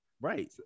Right